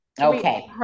Okay